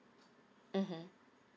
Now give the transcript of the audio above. mmhmm